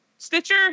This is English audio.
Stitcher